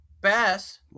Bass